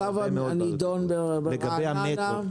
הקו הנידון ברעננה?